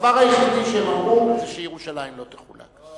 הדבר היחידי שהם אמרו זה שירושלים לא תחולק.